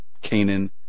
Canaan